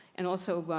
and also,